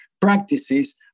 practices